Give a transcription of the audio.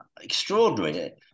extraordinary